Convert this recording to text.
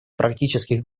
практических